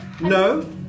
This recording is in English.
No